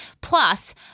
Plus